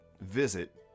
visit